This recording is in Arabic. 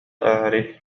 أعرف